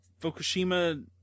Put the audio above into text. Fukushima